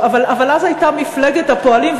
אבל אז הייתה מפלגת הפועלים,